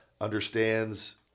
understands